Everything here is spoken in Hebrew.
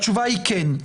התשובה היא כן.